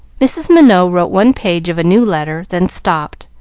mrs. minot wrote one page of a new letter, then stopped,